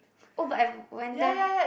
oh but I have went there